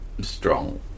strong